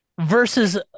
versus